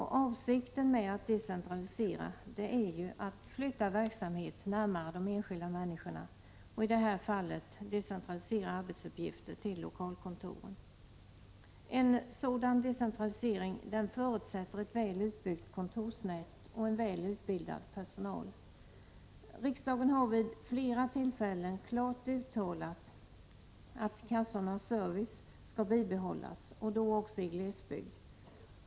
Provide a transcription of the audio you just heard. Avsikten med att decentralisera är ju att flytta verksamheten närmare den enskilda människan — i det här fallet att decentralisera arbetsuppgifter till lokalkontoren. En sådan decentralisering förutsätter ett väl utbyggt kontorsnät och en väl utbildad personal. Riksdagen har vid flera tillfällen klart uttalat att kassornas service skall bibehållas — och då även i glesbygd.